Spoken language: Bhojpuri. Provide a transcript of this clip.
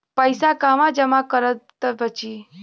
पैसा कहवा जमा करब त बची?